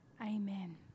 Amen